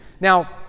Now